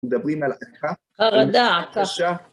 מדברים על עקה, חרדה, תחושה.